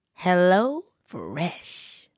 HelloFresh